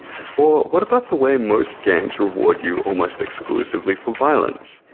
or what about the way most games reward you almost exclusively for violence?